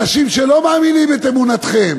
אנשים שלא מאמינים את אמונתכם,